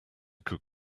could